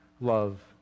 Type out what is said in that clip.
love